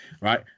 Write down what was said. right